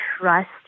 trust